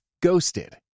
Ghosted